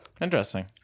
Interesting